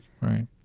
Right